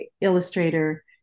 illustrator